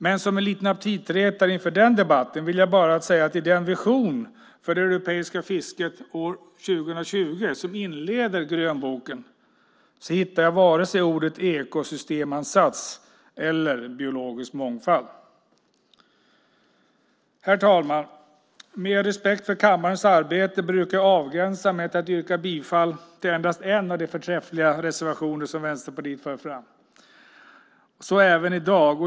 Men som en liten aptitretare inför den debatten vill jag bara säga att i den vision för det europeiska fisket år 2020 som inleder grönboken hittar jag varken ordet "ekosystemansats" eller orden "biologisk mångfald". Herr talman! Med respekt för kammarens arbete brukar jag avgränsa mig till att yrka bifall till endast en av de förträffliga reservationer som Vänsterpartiet för fram. Så även i dag.